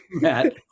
Matt